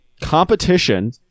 competition